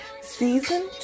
Season